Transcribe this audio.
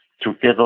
Together